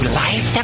life